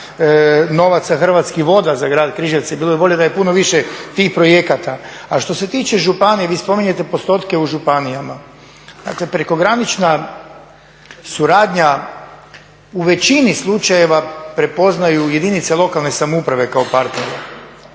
novac Hrvatskih voda za Grad Križevce. Bilo bi bolje da je puno više tih projekata. A što se tiče županije, vi spominjete postotke u županijama, dakle prekogranična suradnja u većini slučajeva prepoznaju jedinice lokalne samouprave kao partnere.